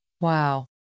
Wow